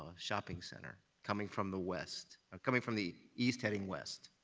shopping center, coming from the west coming from the east, heading west.